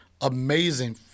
amazing